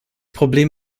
problem